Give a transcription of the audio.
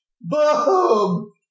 Boom